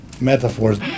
metaphors